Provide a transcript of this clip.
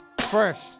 Fresh